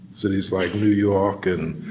cities like new york and